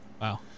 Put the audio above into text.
Wow